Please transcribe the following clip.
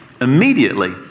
Immediately